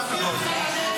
יוציאו אותך לנצח.